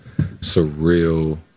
surreal